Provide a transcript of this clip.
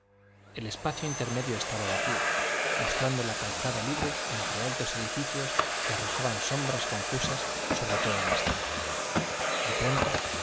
el espacio intermedio estaba vacío mostrando la calzada libre entre altos edificios que arrojaban sombras confusas sobre toda la escena de pronto